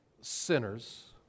sinners